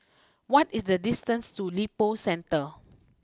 what is the distance to Lippo Centre